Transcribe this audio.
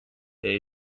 day